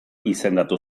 izendatu